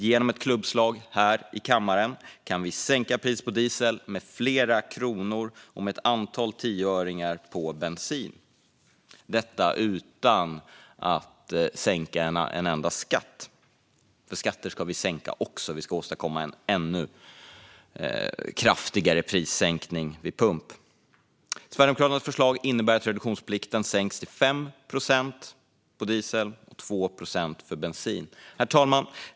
Genom ett klubbslag här i kammaren kan vi sänka priset på diesel med flera kronor och priset på bensin med ett antal tioöringar, utan att sänka en enda skatt. Skatter ska vi också sänka; vi ska åstadkomma en ännu kraftigare prissänkning vid pump. Sverigedemokraternas förslag innebär att reduktionsplikten sänks till 5 procent för diesel och 2 procent för bensin. Herr talman!